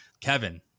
kevin